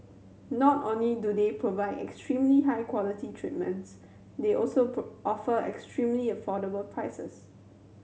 not only do they provide extremely high quality treatments they also offer extremely affordable prices